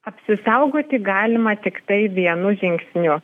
apsisaugoti galima tiktai vienu žingsniu